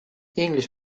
english